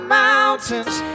mountains